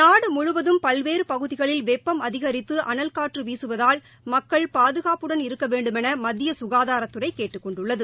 நாடுமுழுவதும் பல்வேறுபகுதிகளில் வெப்பம் அதிகரித்துஅனல் காற்றுவீசுவதால் மக்கள் பாதுகாப்பாக இருக்கவேண்டுமெனமத்தியசுகாதாரத்துறைகேட்டுக் கொண்டுள்ளது